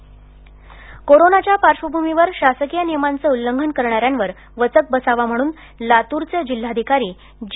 कारवाई कोरोनाच्या पार्श्वभूमीवर शासकीय नियमांचे उल्लंघन करणाऱ्यांवर वचक बसावा म्हणून लातूरचे जिल्हाधिकारी जी